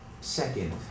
Second